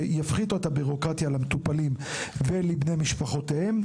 שיפחיתו את הבירוקרטיה עבור המטופלים ובני משפחותיהם,